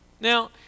Now